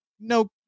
no